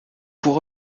pour